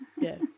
Yes